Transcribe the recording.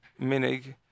minig